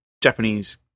Japanese